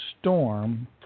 storm